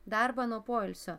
darbą nuo poilsio